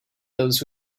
those